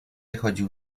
chodził